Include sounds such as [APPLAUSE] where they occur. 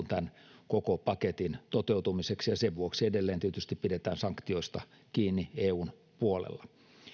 [UNINTELLIGIBLE] tämän koko paketin toteutumiseksi ja sen vuoksi edelleen tietysti pidetään sanktioista kiinni eun puolella